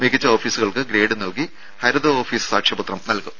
മികച്ച ഓഫീസുകൾക്ക് ഗ്രേഡ് നൽകി ഹരിത ഓഫീസ് സാക്ഷ്യപത്രം നൽകും